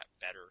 better